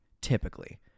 Typically